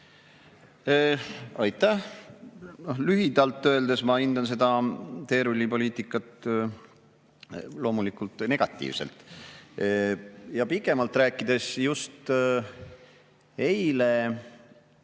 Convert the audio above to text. Aitäh! Lühidalt öeldes ma hindan seda teerullipoliitikat loomulikult negatiivselt. Pikemalt rääkides ütlen,